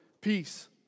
peace